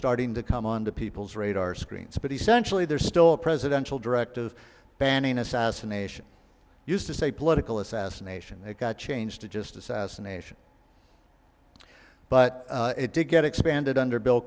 starting to come on to people's radar screens but he centrally there's still a presidential directive banning assassination used to say political assassination it got changed to just assassination but it did get expanded under bill